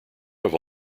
have